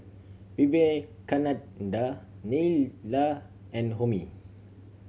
Vivekananda Neila and Homi